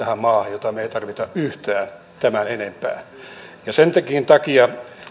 jota me emme tarvitse yhtään tämän enempää senkin takia